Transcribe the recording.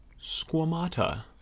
Squamata